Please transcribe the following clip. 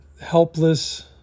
helpless